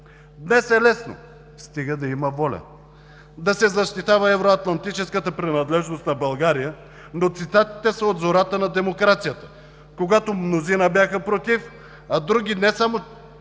Днес е лесно, стига да има воля да се защитава евроатлантическата принадлежност на България, но цитатите са от зората на демокрацията, когато мнозина бяха против, а други не само, че не